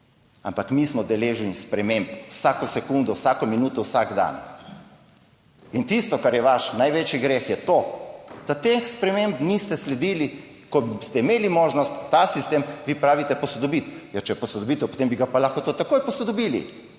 ampak mi smo deležni sprememb vsako sekundo, vsako minuto, vsak dan. In tisto, kar je vaš največji greh je to, da teh sprememb niste sledili, ko boste imeli možnost ta sistem. Vi pravite, posodobiti, ja, če posodobitev, potem bi ga pa lahko to takoj posodobili.